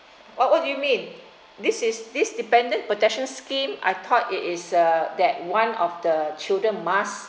what what do you mean this is this dependent protection scheme I thought it is a that one of the children must